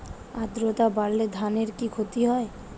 আদ্রর্তা বাড়লে ধানের কি ক্ষতি হয়?